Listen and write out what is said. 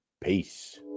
Peace